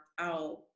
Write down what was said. out